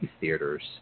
theaters